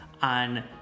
On